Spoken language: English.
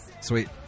Sweet